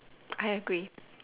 I agree